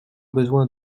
besoin